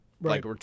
Right